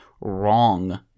wrong